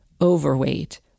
overweight